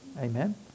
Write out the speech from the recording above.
Amen